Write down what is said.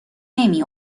نمی